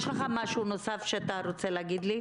יש לך משהו נוסף שאתה רוצה להגיד לי?